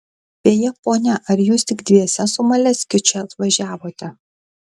beje ponia ar jūs tik dviese su maleckiu čia atvažiavote